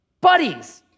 buddies